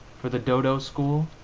for the dodo school,